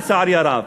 לצערי הרב.